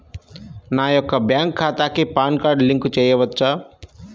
నా యొక్క బ్యాంక్ ఖాతాకి పాన్ కార్డ్ లింక్ చేయవచ్చా?